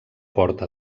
porta